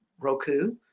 Roku